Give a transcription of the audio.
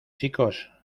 chicos